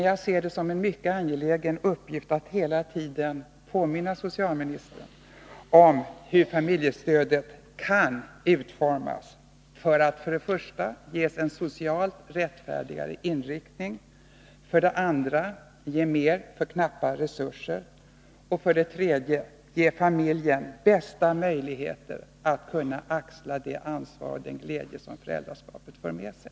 Jag ser det dock som en mycket angelägen uppgift att hela tiden påminna socialministern om hur familjestödet kan utformas för att för det första ges en socialt rättfärdigare inriktning, för det andra ge mer för knappa resurser och för det tredje ge familjen de bästa möjligheterna att axla det ansvar och få ut den glädje som föräldraskapet för med sig.